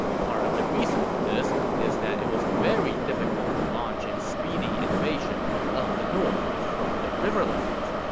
part of the reason for this is that it was very difficult to launch a speedy invasion of the north from the riverlands.